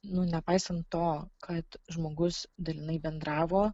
nu nepaisant to kad žmogus dalinai bendravo